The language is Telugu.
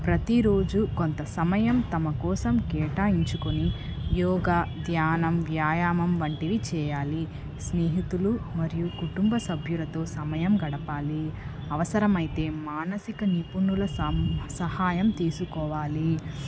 ప్రతిరోజు కొంత సమయం తమ కోసం కేటాయించుకొని యోగా ధ్యానం వ్యాయామం వంటివి చేయాలి స్నేహితులు మరియు కుటుంబ సభ్యులతో సమయం గడపాలి అవసరమైతే మానసిక నిపుణుల సహాయం తీసుకోవాలి